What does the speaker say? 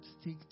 stick